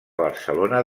barcelona